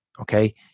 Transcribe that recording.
Okay